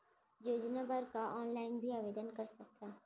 योजना बर का ऑनलाइन भी आवेदन कर सकथन?